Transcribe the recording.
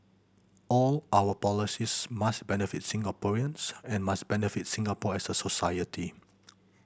all our policies must benefit Singaporeans and must benefit Singapore as a society